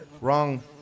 wrong